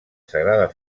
sagrada